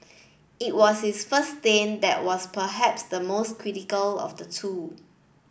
it was his first stint that was perhaps the most critical of the the two